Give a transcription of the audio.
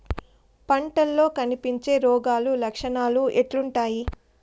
పంటల్లో కనిపించే రోగాలు లక్షణాలు ఎట్లుంటాయి?